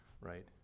right